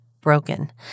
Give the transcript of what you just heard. broken